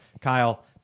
Kyle